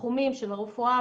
תחומים של הרפואה,